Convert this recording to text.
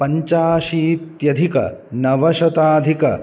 पञ्चाशीत्यधिक नवशताधिक